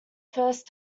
first